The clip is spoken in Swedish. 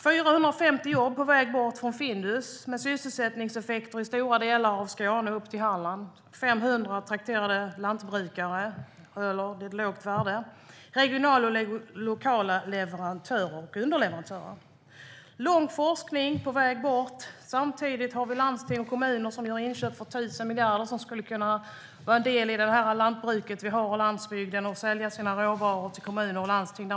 450 jobb är på väg bort från Findus, med sysselsättningseffekter i stora delar av Skåne och upp till Halland. Det handlar om 500 kontrakterade lantbrukare - det är ett lågt värde. Det är regionala och lokala leverantörer och underleverantörer. Forskning är på väg bort. Samtidigt har vi landsting och kommuner som gör inköp för 1 000 miljarder. De skulle kunna vara en del av det lantbruk vi har och av landsbygden och sälja sina råvaror till kommuner och landsting.